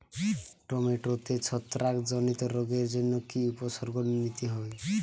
টমেটোতে ছত্রাক জনিত রোগের জন্য কি উপসর্গ নিতে হয়?